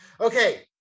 Okay